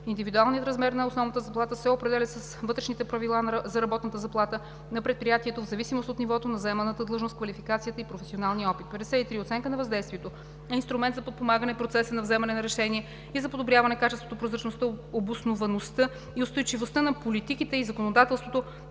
Индивидуалният размер на основната заплата се определя с вътрешните правила за работната заплата на предприятието в зависимост от нивото на заеманата длъжност, квалификацията и професионалния опит. 53. „Оценка на въздействието“ е инструмент за подпомагане процеса на вземане на решения и за подобряване качеството, прозрачността, обосноваността и устойчивостта на политиките и законодателството,